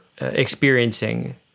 experiencing